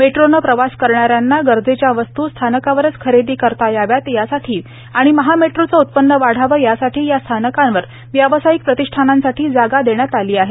मेट्रोने प्रवास करणा यांना गरजेच्या वस्तू स्थानकावरच खरेदी करता याव्या यासाठी आणि महामेट्रोचे उत्पन्न वाढावे यासाठी या स्थानकांवर व्यावसायिक प्रतिष्ठानांसाठी जागा देण्यात आली आहे